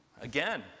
Again